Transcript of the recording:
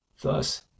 thus